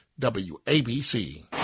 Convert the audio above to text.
WABC